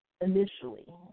initially